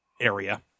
Area